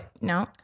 No